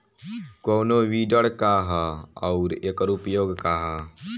कोनो विडर का ह अउर एकर उपयोग का ह?